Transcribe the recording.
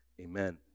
Amen